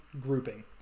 grouping